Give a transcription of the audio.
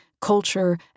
culture